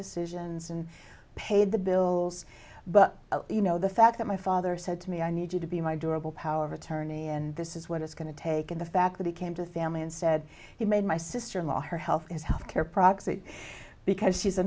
decisions and paid the bills but you know the fact that my father said to me i need you to be my durable power of attorney and this is what it's going to take in the fact that he came to me and said he made my sister in law her health is health care proxy because she's a